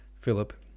Philip